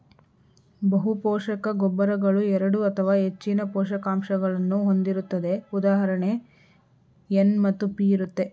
ಬಹುಪೋಷಕ ಗೊಬ್ಬರಗಳು ಎರಡು ಅಥವಾ ಹೆಚ್ಚಿನ ಪೋಷಕಾಂಶಗಳನ್ನು ಹೊಂದಿರುತ್ತದೆ ಉದಾಹರಣೆಗೆ ಎನ್ ಮತ್ತು ಪಿ ಇರುತ್ತೆ